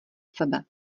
sebe